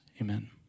Amen